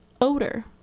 odor